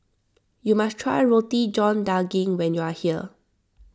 you must try Roti John Daging when you are here